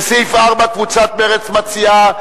לסעיף 4, קבוצת מרצ מציעה.